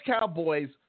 Cowboys